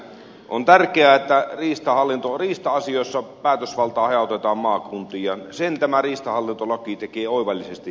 on tärkeää että riista asioissa päätösvaltaa hajautetaan maakuntiin ja sen tämä riistahallintolaki tekee oivallisesti